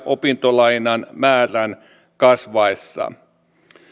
opintolainan määrän kasvaessa